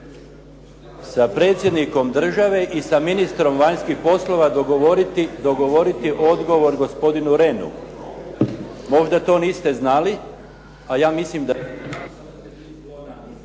sa Predsjednikom države i sa ministrom vanjskih poslova dogovoriti odgovor gospodinu Rehnu. Možda to niste znali, a ja mislim da